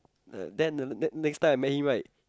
the then the then next time I met him right